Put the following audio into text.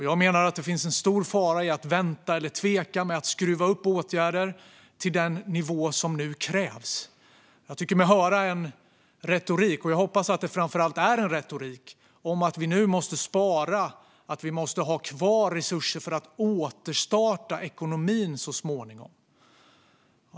Jag menar att det finns en stor fara i att vänta eller tveka när det gäller att skruva upp åtgärder till den nivå som nu krävs. Jag tycker mig höra en retorik - jag hoppas att det framför allt är en retorik - som går ut på att vi nu måste spara och ha kvar resurser för att återstarta ekonomin så småningom.